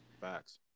Facts